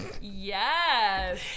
Yes